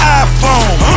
iPhone